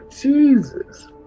Jesus